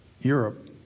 Europe